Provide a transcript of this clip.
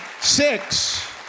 six